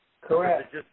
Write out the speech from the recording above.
Correct